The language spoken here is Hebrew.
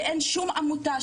ואין שום עמותה,